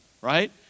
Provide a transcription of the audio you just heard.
right